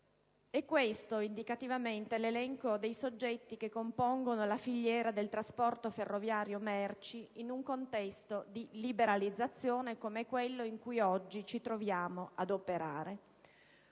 È questo, indicativamente, l'elenco dei soggetti che compongono la filiera del trasporto ferroviario merci in un contesto di liberalizzazione, come quello in cui oggi ci troviamo ad operare.